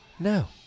No